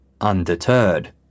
Undeterred